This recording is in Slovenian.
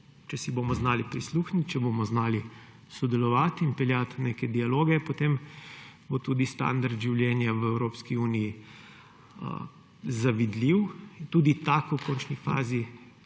Če si bomo znali prisluhniti, če bomo znali sodelovati in peljati neke dialoge, potem bo tudi standard življenja v Evropski uniji zavidljiv in v končni fazi